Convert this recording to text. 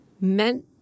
meant